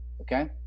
okay